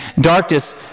darkness